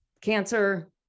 cancer